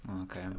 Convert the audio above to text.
Okay